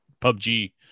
PUBG